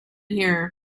here